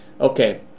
okay